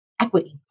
equity